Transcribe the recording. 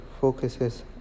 focuses